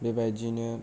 बेबायदिनो